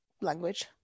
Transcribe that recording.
language